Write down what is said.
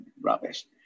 rubbish